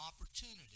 opportunity